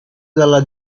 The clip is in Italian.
dalla